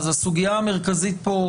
לכן הסוגייה המרכזית כאן,